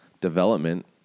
development